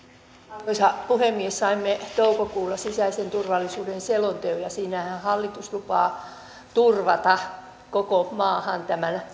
arvoisa puhemies saimme toukokuulla sisäisen turvallisuuden selonteon ja siinähän hallitus lupaa turvata koko maahan